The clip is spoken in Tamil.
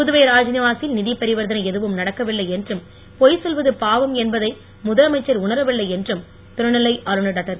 புதுவை ராத்நிவாசில் நிதிப் பரிவர்த்தனை எதுவும் நடக்கவில்லை என்றும் பொய் சொல்வது பாவம் என்பதை முதலமைச்சர் உணரவில்லை என்றும் துணைநிலை ஆளுநர் டாக்டர்